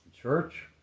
church